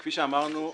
כפי שאמרנו,